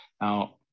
now